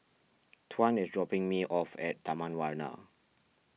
Tuan is dropping me off at Taman Warna